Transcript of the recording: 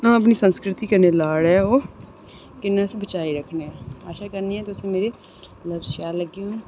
ना अपनी संस्कृति कन्नै लाड़ ऐ ओह् किन्ना उसी बचाई सकने आं आशा करने आं कि तुसेंगी मेरे लफ्ज शैल लग्गे होन